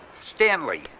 Stanley